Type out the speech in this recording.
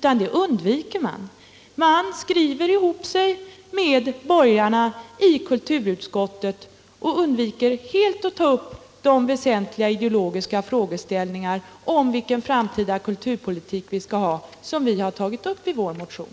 Men det undviker de. De skriver ihop sig med borgarna i kulturutskottet och undviker helt att ta upp den väsentliga ideologiska frågeställning om vilken framtida kulturpolitik vi skall ha som vi tagit upp i vår motion.